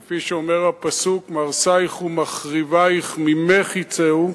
כפי שאומר הפסוק: "מהרסיך ומחריביך ממך יצאו".